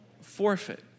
forfeit